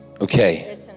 Okay